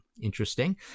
interesting